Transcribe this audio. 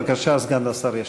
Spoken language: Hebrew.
בבקשה, סגן השר ישיב.